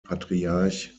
patriarch